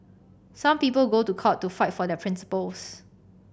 some people go to court to fight for their principles